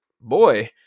boy